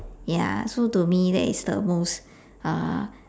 ya so to me that's the most